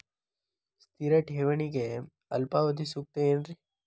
ಸ್ಥಿರ ಠೇವಣಿಗೆ ಅಲ್ಪಾವಧಿ ಸೂಕ್ತ ಏನ್ರಿ?